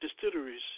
distilleries